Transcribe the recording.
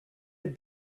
have